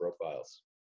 profiles